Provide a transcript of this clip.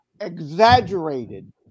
exaggerated